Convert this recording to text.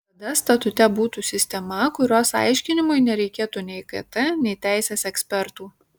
tada statute būtų sistema kurios aiškinimui nereikėtų nei kt nei teisės ekspertų